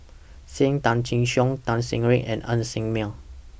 SAM Tan Chin Siong Tan Ser Cher and Ng Ser Miang